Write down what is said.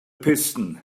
piston